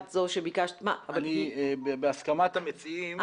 בהסכמת המציעים,